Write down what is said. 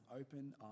open